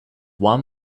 one